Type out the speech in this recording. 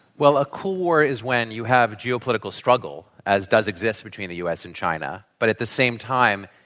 well, a cool war is when you have a geopolitical struggle as does exist between the u. s. and china, but at the same time,